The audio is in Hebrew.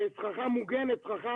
סככה מוגנת, סככה